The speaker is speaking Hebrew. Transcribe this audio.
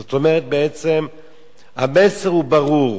זאת אומרת, המסר ברור,